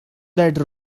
that